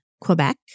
Quebec